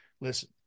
listen